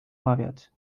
mawiać